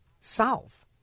solve